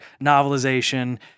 novelization